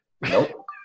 Nope